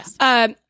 Yes